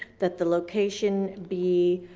that the location be